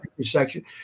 section